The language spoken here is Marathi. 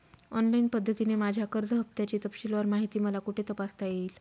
ऑनलाईन पद्धतीने माझ्या कर्ज हफ्त्याची तपशीलवार माहिती मला कुठे तपासता येईल?